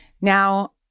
Now